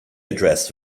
address